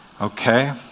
Okay